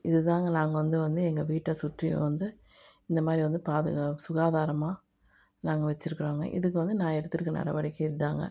இதுதாங்க நாங்கள் வந்து வந்து எங்கள் வீட்டை சுற்றியும் வந்து இந்த மாதிரி வந்து பாதுகா சுகாதாரமாக நாங்கள் வெச்சிருக்குறோங்க இதுக்கு வந்து நான் எடுத்துருக்கிற நடவடிக்கை இதுதாங்க